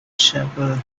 chapel